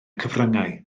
cyfryngau